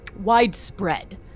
widespread